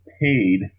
paid